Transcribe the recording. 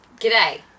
G'day